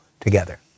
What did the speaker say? together